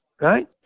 Right